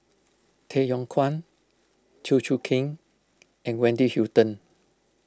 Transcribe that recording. Tay Yong Kwang Chew Choo Keng and Wendy Hutton